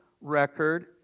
record